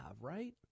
right